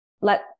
Let